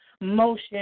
motion